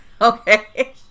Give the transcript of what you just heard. okay